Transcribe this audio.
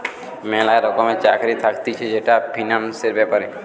ম্যালা রকমের চাকরি থাকতিছে যেটা ফিন্যান্সের ব্যাপারে